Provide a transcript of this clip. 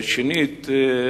שנית,